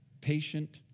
Patient